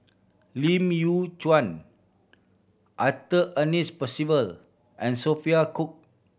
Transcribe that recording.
Lim Yew Arthur Ernest Percival and Sophia Cooke